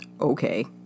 Okay